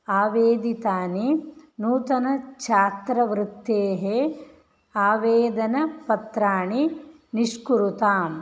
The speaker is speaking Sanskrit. आवेदितानि नूतनछात्रवृत्तेः आवेदनपत्राणि निष्कुरुताम्